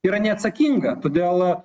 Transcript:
yra neatsakinga todėl